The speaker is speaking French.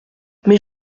mais